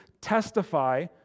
testify